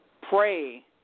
pray